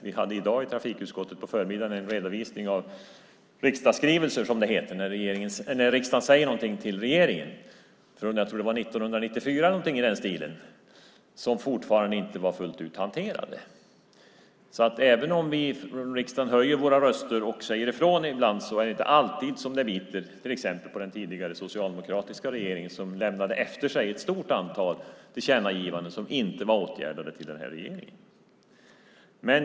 Vi hade i dag i trafikutskottet på förmiddagen en redovisning av riksdagsskrivelser, som det heter när riksdagen säger någonting till regeringen, från 1994 eller någonting i den stilen, som fortfarande inte var fullt ut hanterade. Så även om vi från riksdagen höjer våra röster och säger ifrån ibland är det inte alltid som det biter, till exempel på den tidigare socialdemokratiska regeringen, som lämnade efter sig ett stort antal tillkännagivanden som inte var åtgärdade till den här regeringen.